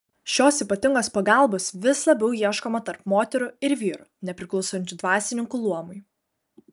šios ypatingos pagalbos vis labiau ieškoma tarp moterų ir vyrų nepriklausančių dvasininkų luomui